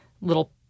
little